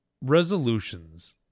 resolutions